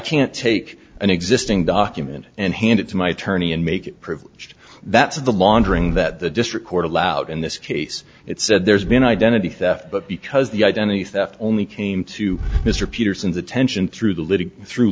can't take an existing document and hand it to my attorney and make it privileged that's the laundering that the district court allowed in this case it said there's been identity theft but because the identity theft only came to mr peterson's attention through the living through